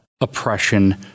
oppression